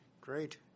Great